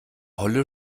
holle